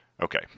Okay